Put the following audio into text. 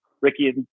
Ricky